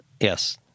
Yes